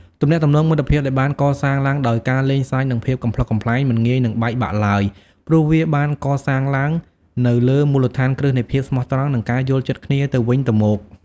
ទំនាក់ទំនងមិត្តភាពដែលបានកសាងឡើងដោយការលេងសើចនិងភាពកំប្លុកកំប្លែងមិនងាយនឹងបែកបាក់ឡើយ ព្រោះវាបានកសាងឡើងនៅលើមូលដ្ឋានគ្រឹះនៃភាពស្មោះត្រង់និងការយល់ចិត្តគ្នាទៅវិញទៅមក។